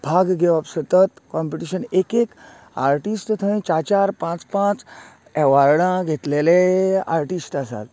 भाग घेवप सतत कोंपीटीशन एकेक आर्टीस्ट थंय चार चार पांच पांच ऍवर्डा घेतलेले आर्टीस्ट आसात